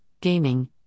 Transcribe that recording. gaming